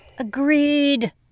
Agreed